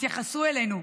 תתייחסו אלינו,